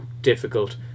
difficult